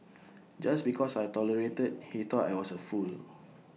just because I tolerated he thought I was A fool